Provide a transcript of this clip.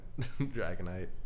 Dragonite